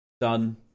Done